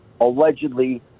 allegedly